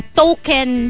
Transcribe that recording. token